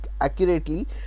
accurately